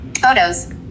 Photos